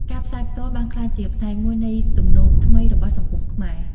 ការផ្សាយផ្ទាល់បានក្លាយជាផ្នែកមួយនៃទំនោរថ្មីរបស់សង្គមខ្មែរ។